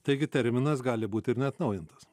taigi terminas gali būti ir neatnaujintas